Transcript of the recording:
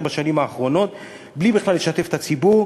בשנים האחרונות בלי בכלל לשתף את הציבור,